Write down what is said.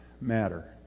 matter